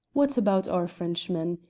what about our frenchman?